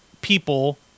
people